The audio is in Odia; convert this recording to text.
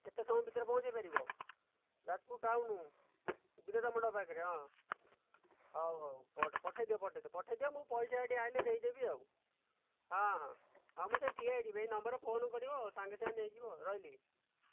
କେତେ ସମୟ ଭିତରେ ପହୁଞ୍ଚାଇ ପାରିବ ଯାଜପୁର ଟାଉନ ବିରଜା ମଣ୍ଡପ ପାଖରେ ହଁ ହେଉ ହେଉ ପଠାଇଦିଅ ପଠାଇଦିଅ ପଠାଇଦିଅ ମୁଁ ପଇସା ଏଠି ଆସିଲେ ଦେଇଦେବି ଆଉ ହଁ ହଁ ହଁ ମୁଁ ସେଇଠି ଠିଆ ହୋଇଥିବି ଏଇ ନମ୍ବରରେ ଫୋନ କରିବ ସାଙ୍ଗେ ସାଙ୍ଗେ ନେଇଯିବ ରହିଲି